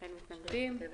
אין מתנגדים.